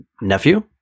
Nephew